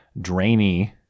drainy